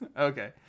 Okay